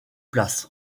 place